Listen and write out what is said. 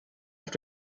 have